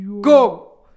Go